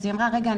אז היא אמרה 'רגע,